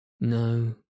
No